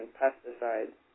pesticides